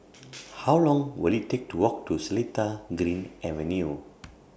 How Long Will IT Take to Walk to Seletar Green Avenue